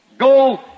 Go